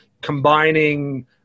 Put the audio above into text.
combining